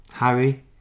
Harry